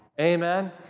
amen